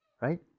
right